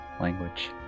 language